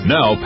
Now